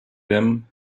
them